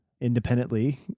independently